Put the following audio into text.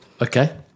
Okay